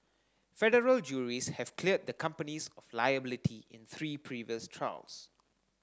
federal juries have cleared the companies of liability in three previous trials